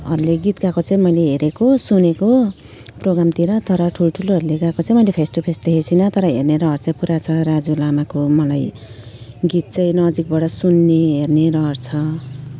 हरूले गीत गाएको चाहिँ मैले हेरेको सुनेको प्रोगामतिर तर ठुल्ठुलोहरूले गाएको चाहिँ मैले फेस टु फेस चाहिँ देखेको छुइनँ तर हेर्ने रहर चाहिँ पुरा छ राजु लामाको मलाई गीत चाहिँ नजिकबाट सुन्ने हेर्ने रहर छ